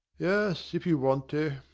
yes, if you want to.